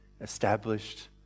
established